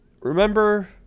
remember